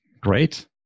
Great